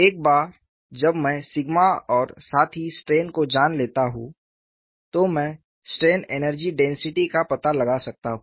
एक बार जब मैं सिग्मा और साथ ही स्ट्रेन को जान लेता हूं तो मैं स्ट्रेन एनर्जी डेंसिटी का पता लगा सकता हूं